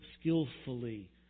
skillfully